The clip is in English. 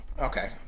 Okay